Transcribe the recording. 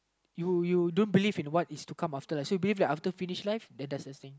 you you don't believe in what is to come after so you believe that after finish life then that's the same